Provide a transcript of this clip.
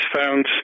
found